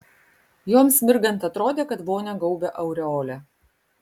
joms mirgant atrodė kad vonią gaubia aureolė